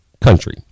country